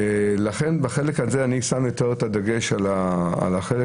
לכן, אני שם יותר את הדגש על החלק